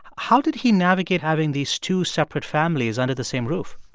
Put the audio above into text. how did he navigate having these two separate families under the same roof?